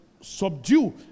subdue